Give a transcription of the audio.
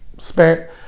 spent